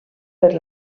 per